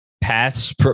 paths